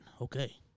Okay